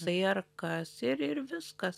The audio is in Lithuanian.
tai ar kas ir ir viskas